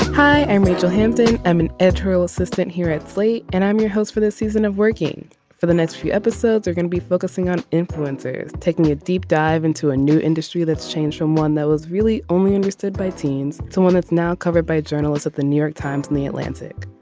hi i'm rachel hampton. i'm an editorial assistant here at slate and i'm your host for this season of working for the next few episodes are going to be focusing on influencers taking a deep dive into a new industry that's changed from one that was really only interested by teens to one it's now covered by journalists at the new york times and the atlantic.